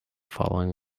following